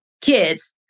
kids